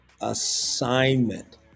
assignment